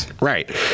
Right